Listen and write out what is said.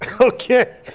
Okay